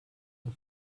and